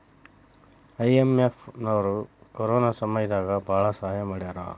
IMF ನವ್ರು corona ಸಮಯ ದಾಗ ಭಾಳ ಸಹಾಯ ಮಾಡ್ಯಾರ